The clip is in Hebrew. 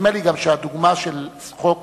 נדמה לי שהדוגמה של חוק